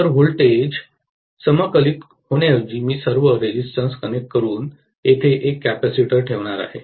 तर व्होल्टेज समाकलित होण्याऐवजी मी सर्व प्रतिकार कनेक्ट करून येथे एक कॅपेसिटर ठेवणार आहे